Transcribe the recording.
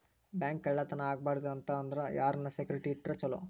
Bank ಕಳ್ಳತನಾ ಆಗ್ಬಾರ್ದು ಅಂತ ಅಂದ್ರ ಯಾರನ್ನ ಸೆಕ್ಯುರಿಟಿ ಇಟ್ರ ಚೊಲೊ?